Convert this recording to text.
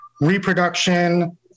reproduction